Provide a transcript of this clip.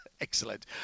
Excellent